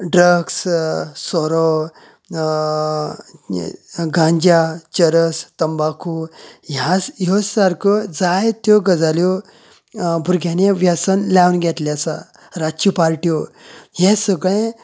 ड्रक्य सोरो गांजा चरस तंबाकू ह्याच ह्योच सारक्यो जायत्यो गजाल्यो भुरग्यांनी व्यसन लावन घेतले आसा रातच्यो पार्ट्यो हे सगळे